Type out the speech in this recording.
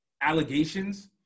allegations